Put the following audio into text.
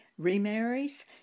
remarries